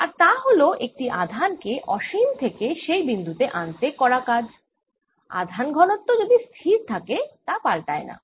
আর তা হল একটি আধান কে অসীম থেকে সেই বিন্দু তে আনতে করা কাজ আধান ঘনত্ব যদি স্থির থাকে তা পাল্টায় না